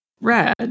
red